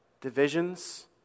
divisions